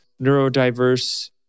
neurodiverse